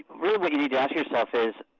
what you need to ask yourself is,